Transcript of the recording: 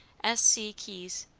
s. c. keyes.